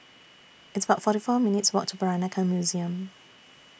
It's about forty four minutes' Walk to Peranakan Museum